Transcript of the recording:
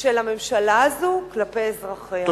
של הממשלה הזו כלפי אזרחיה.